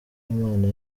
imana